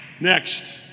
Next